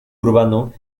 urbano